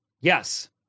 Yes